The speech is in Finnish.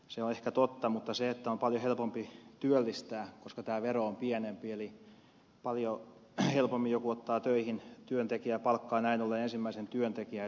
se on ehkä totta mutta on paljon helpompi työllistää koska tämä vero on pienempi eli paljon helpommin joku ottaa töihin työntekijän ja palkkaa näin ollen ensimmäisen työntekijän